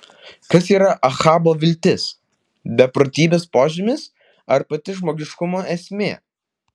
kas yra ahabo viltis beprotybės požymis ar pati žmogiškumo esmė